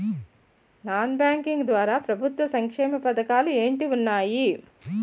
Non banking ద్వారా ప్రభుత్వ సంక్షేమ పథకాలు ఏంటి ఉన్నాయి?